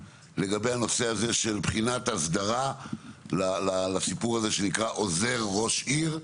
לגבי הנושא הזה של בחינת האסדרה לסיפור הזה שנקרא עוזר ראש עיר,